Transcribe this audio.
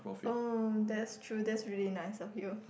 oh that's true that's really nice of you